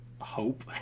hope